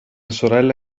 sorella